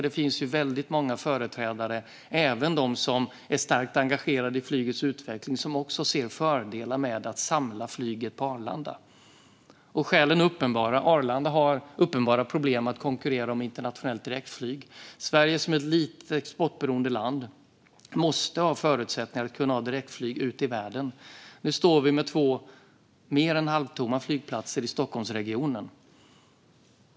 Det finns väldigt många företrädare, även sådana som är starkt engagerade i flygets utveckling, som ser fördelar med att samla flyget på Arlanda. Skälen är uppenbara. Arlanda har uppenbara problem att konkurrera om internationellt direktflyg. Sverige som är ett litet exportberoende land måste ha förutsättningar att kunna ha direktflyg ut i världen. Nu står vi med två mer än halvtomma flygplatser i Stockholmsregionen.